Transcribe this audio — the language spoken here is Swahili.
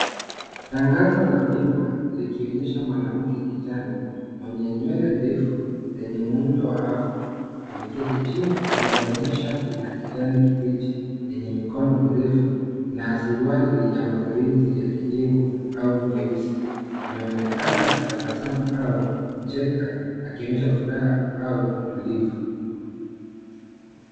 Tangazo la bima likionyesha mwanamke kijana mwenye nywele ndefu lenye muundo wa afro. Ameketi chini amevalia shati la kijani kibichi yenye mikono mirefu na suruali ya mazoezi ya kijivu au nyeusi. Anaonekana akitabasamu au kucheka akionyesha furaha au utulivu.